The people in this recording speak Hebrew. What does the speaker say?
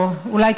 אולי,